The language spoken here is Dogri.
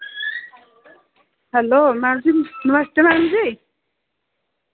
हैल्लो मैडम जी नमस्ते मैडम जी